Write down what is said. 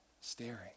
staring